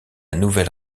nouvelle